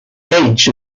age